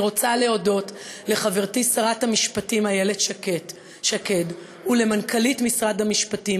אני רוצה להודות לחברתי שרת המשפטים איילת שקד ולמנכ"לית משרד המשפטים,